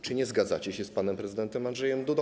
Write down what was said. Czy nie zgadzacie się z panem prezydentem Andrzejem Dudą?